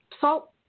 salt